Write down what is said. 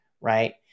Right